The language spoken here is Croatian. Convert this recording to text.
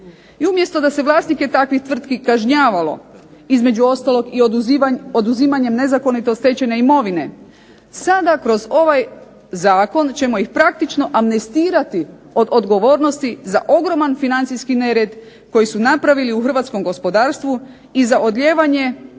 I umjesto da se vlasnike takvih tvrtki kažnjavalo, između ostalog i oduzimanjem nezakonito stečene imovine, sada kroz ovaj zakon ćemo ih praktično amnestirati od odgovornosti za ogroman financijski nered koji su napravili u hrvatskom gospodarstvu i za odlijevanje